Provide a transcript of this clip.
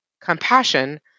compassion